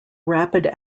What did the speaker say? rapid